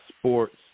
sports